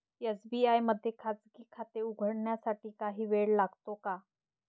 SBI मध्ये खाजगी खाते उघडण्यासाठी काही वेळ लागतो का?